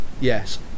yes